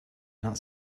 not